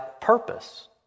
purpose